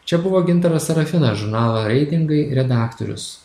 čia buvo gintaras serafinas žurnalo reitingai redaktorius